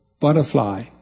butterfly